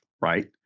right